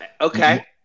Okay